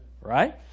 right